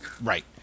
Right